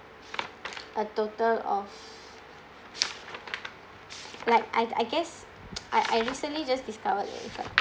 a total of like I g~ I guess I I recently just discovered that